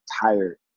tired